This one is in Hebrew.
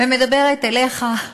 ומדברת אליך,